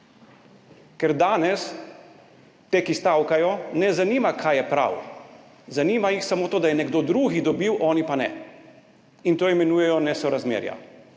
Ker danes teh, ki stavkajo, ne zanima, kaj je prav. Zanima jih samo to, da je nekdo drug dobil, oni pa ne, in to imenujejo nesorazmerja.